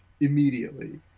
immediately